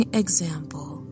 example